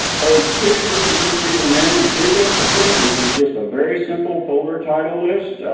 page two, this would just be an amendment to this again. this is just a very simple folder title list.